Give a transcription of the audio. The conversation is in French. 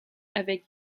avec